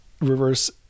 reverse